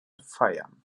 feiern